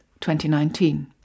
2019